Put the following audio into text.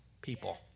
people